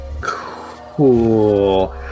Cool